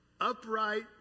upright